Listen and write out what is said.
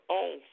own